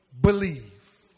believe